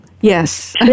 Yes